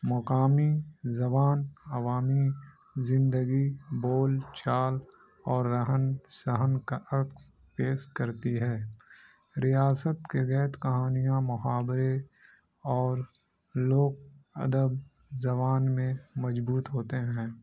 مقامی زبان عوامی زندگی بول چال اور رہن سہن کا عقس پیس کرتی ہے ریاست کے غیید کہانیاں محاورورے اور لوک ادب زبان میں مجبوط ہوتے ہیں